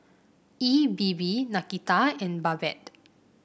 E B B Nakita and Babette